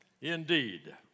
indeed